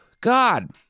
God